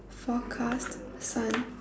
forecast sun